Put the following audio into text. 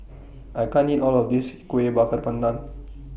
I can't eat All of This Kueh Bakar Pandan